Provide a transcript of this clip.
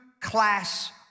class